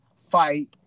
fight